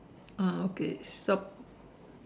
ah okay shop